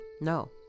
No